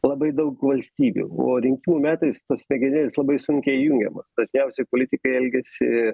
labai daug valstybių o rinkimų metais tos smegenėlės labai sunkiai įjungiamas dažniausiai politikai elgiasi